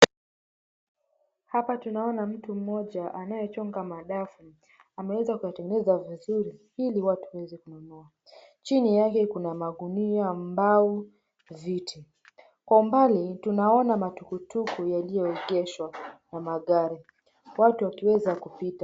Hapa tanaona mtu mmoja anayechonga madafu ameweza kuyatengeneza vizuri ili watu waweze kununua, chini yake kuna magunia, mbao viti, kwa umbali tunaona matuktuk yalioegeshwa na magari watu wakiweza kupita.